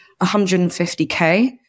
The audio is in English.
150K